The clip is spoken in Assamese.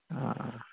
অ অ